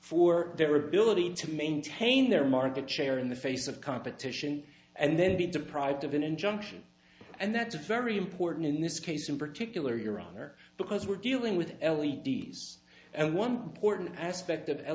for their ability to maintain their market share in the face of competition and then be deprived of an injunction and that's very important in this case in particular your honor because we're dealing with l e d s and one porton aspect of